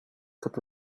could